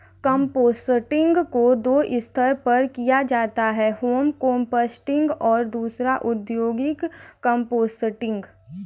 composting को दो स्तर पर किया जाता है होम कंपोस्टिंग और दूसरा औद्योगिक कंपोस्टिंग